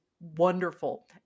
wonderful